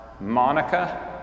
Monica